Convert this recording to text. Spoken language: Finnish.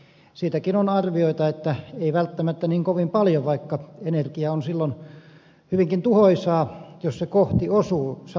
siitäkin on arvioita että ei välttämättä niin kovin paljon vaikka energia on silloin hyvinkin tuhoisaa jos kohti osuu salaman isku